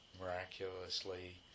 miraculously